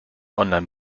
online